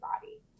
body